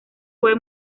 fue